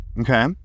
Okay